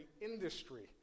industry